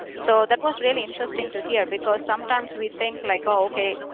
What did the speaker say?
so that was really interesting to hear because sometimes we think like ok,